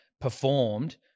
performed